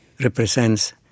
represents